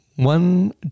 One